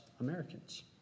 Americans